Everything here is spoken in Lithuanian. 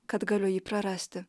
kad galiu jį prarasti